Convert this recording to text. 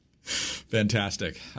Fantastic